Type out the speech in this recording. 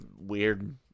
weird